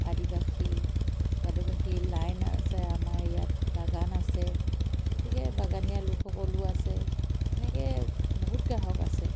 আদিবাসী আদিবাসী লাইন আছে আমাৰ ইয়াত বাগান আছে গতিকে বাগানীয়া লোকসকলো আছে তেনেকৈ বহুত গ্ৰাহক আছে